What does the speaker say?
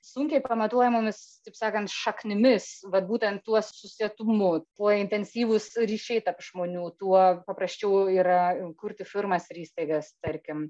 sunkiai pamatuojamomis taip sakant šaknimis vat būtent tuo susietumu tuo intensyvūs ryšiai tarp žmonių tuo paprasčiau yra kurti firmas ir įstaigas tarkim